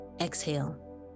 Exhale